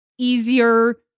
easier